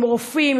עם רופאים,